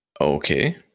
Okay